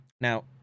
Now